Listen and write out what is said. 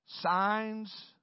Signs